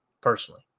personally